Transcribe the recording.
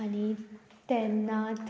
आनी तेन्नाच